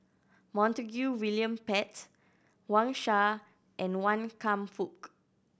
Montague William Pett Wang Sha and Wan Kam Fook